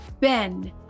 Ben